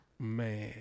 Man